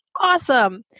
awesome